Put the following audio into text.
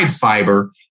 fiber